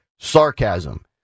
sarcasm